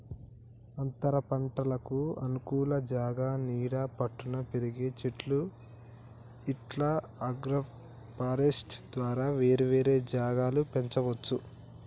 అంతరపంటలకు అనుకూల జాగా నీడ పట్టున పెరిగే చెట్లు ఇట్లా అగ్రోఫారెస్ట్య్ ద్వారా వేరే వేరే జాగల పెంచవచ్చు